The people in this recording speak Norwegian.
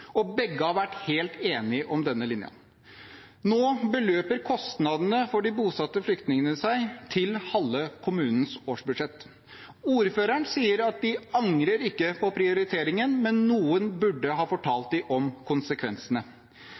og begge har vært helt enige om denne linjen. Nå beløper kostnadene for de bosatte flyktningene seg til halve kommunens årsbudsjett. Ordføreren sier at de ikke angrer på prioriteringen, men at noen burde ha fortalt dem om konsekvensene.